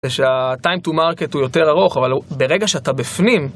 זה שהtime to market הוא יותר ארוך, אבל ברגע שאתה בפנים...